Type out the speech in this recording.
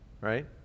right